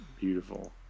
Beautiful